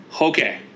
Okay